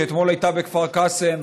שאתמול הייתה בכפר קאסם,